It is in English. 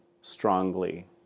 strongly